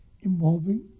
involving